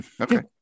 okay